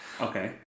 Okay